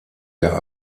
der